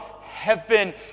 heaven